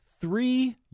three